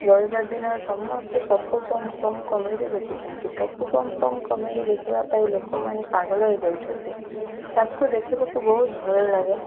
ରବିବାର ଦିନ ସମସ୍ତେ ପପୁ ପମ୍ପମ୍ କମେଡ଼ି ଦେଖୁଛନ୍ତି ପପୁ ପମ୍ପମ୍ କମେଡ଼ି ଦେଖିବା ପାଇଁ ଲୋକମାନେ ପାଗଳ ହେଇଯାଉଛନ୍ତି ତାକୁ ଦେଖିବାକୁ ବହୁତ ଭଲ ଲାଗେ